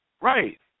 right